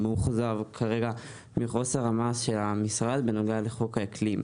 אני מאוכזב מחוסר המעש של המשרד בנוגע לחוק האקלים.